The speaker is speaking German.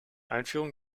einführung